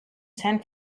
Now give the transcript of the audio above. san